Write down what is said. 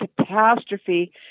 catastrophe